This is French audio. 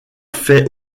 fait